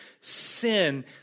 sin